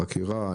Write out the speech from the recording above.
החקירה,